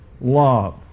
love